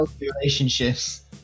relationships